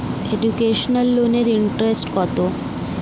Educational লোনের interest কত?